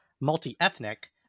multi-ethnic